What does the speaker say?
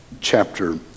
chapter